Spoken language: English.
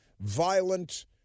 violent